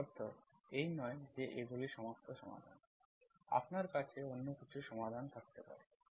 এর অর্থ এই নয় যে এগুলি সমস্ত সমাধান আপনার কাছে অন্য কিছু সমাধান থাকতে পারে